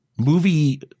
Movie